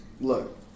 Look